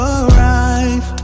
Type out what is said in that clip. arrive